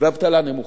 ואבטלה נמוכה,